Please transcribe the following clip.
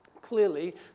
Clearly